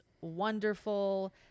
wonderful